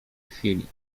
chwili